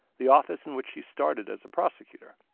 the office in which you started as a prosecutor.